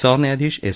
सरन्यायाधीश एस